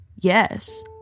yes